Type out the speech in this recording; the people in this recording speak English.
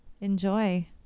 Enjoy